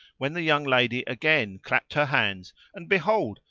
when the young lady again clapped her hands and behold,